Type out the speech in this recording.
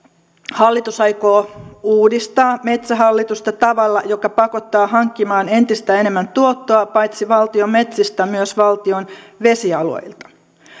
hallitus aikoo uudistaa metsähallitusta tavalla joka pakottaa hankkimaan entistä enemmän tuottoa paitsi valtion metsistä myös valtion vesialueilta